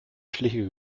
schliche